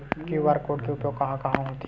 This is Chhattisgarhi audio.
क्यू.आर कोड के उपयोग कहां कहां होथे?